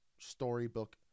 storybook